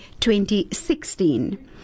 2016